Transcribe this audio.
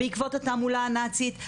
בעקבות התעמולה הנאצית.